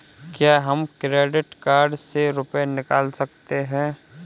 क्या हम credit card से रुपये निकाल सकते हैं?